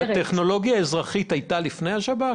הטכנולוגיה האזרחית הייתה לפני השב"כ?